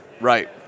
Right